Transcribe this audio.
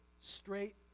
straight